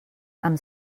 amb